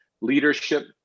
Leadership